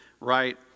right